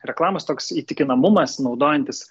reklamos toks įtikinamumas naudojantis